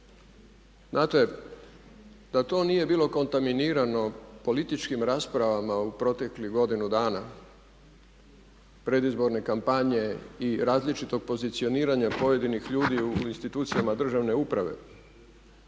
znate da to nije bilo kontaminirano političkim raspravama u proteklih godinu dana predizborne kampanje i različitog pozicioniranja pojedinih ljudi u institucijama državne uprave